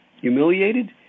humiliated